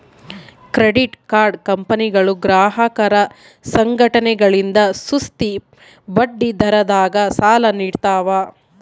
credit card ಕಂಪನಿಗಳು ಗ್ರಾಹಕರ ಸಂಘಟನೆಗಳಿಂದ ಸುಸ್ತಿ ಬಡ್ಡಿದರದಾಗ ಸಾಲ ನೀಡ್ತವ